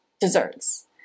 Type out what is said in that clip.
desserts